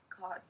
God